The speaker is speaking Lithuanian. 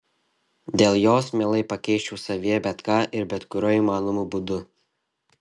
dėl jos mielai pakeisčiau savyje bet ką ir bet kuriuo įmanomu būdu